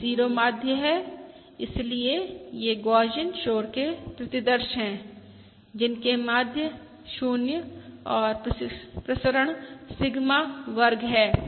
ये 0 माध्य हैं इसलिए ये गौसियन शोर के प्रतिदर्श हैं जिनके माध्य 0 और प्रसरण सिग्मा वर्ग है